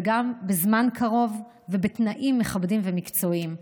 וגם בזמן קרוב ובתנאים מכבדים ומקצועיים.